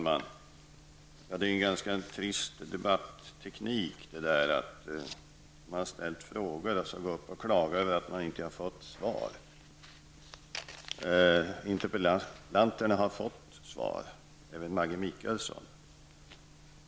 Fru talman! Det är en ganska trist debatteknik när man går upp och klagar på att man inte har fått svar när man har ställt frågor. Interpellanterna har fått svar, även Maggi Mikaelsson.